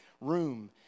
room